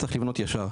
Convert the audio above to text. צריך לבנות ישר.